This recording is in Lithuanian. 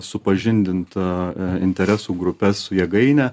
supažindinta interesų grupes su jėgaine